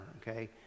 okay